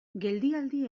geldialdi